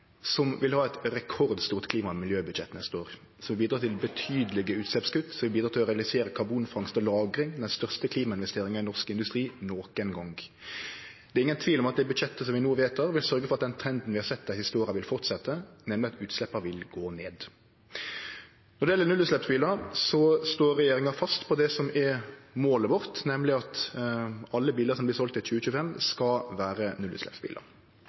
som vil ha eit rekordstort klima- og miljøbudsjett neste år, som vil bidra til betydelege utsleppskutt, som vil bidra til å realisere karbonfangst og -lagring. Det er den største klimainvesteringa i norsk industri nokon gong. Det er ingen tvil om at det budsjettet vi no vedtek, vil sørgje for at den trenden vi har sett dei siste åra, vil fortsetje – nemleg at utsleppa vil gå ned. Når det gjeld nullutsleppsbilar, står regjeringa fast på det som er målet vårt, nemleg at alle bilar som vert selde i 2025, skal vere nullutsleppsbilar.